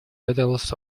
details